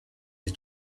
his